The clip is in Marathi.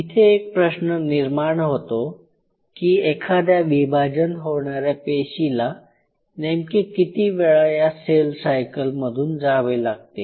इथे एक प्रश्न निर्माण होतो की एखाद्या विभाजन होणाऱ्या पेशीला नेमके किती वेळा या सेल सायकलमधून जावे लागते